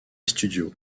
studios